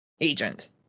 agent